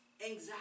anxiety